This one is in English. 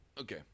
okay